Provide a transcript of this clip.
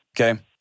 Okay